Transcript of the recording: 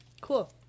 cool